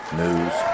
news